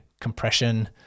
compression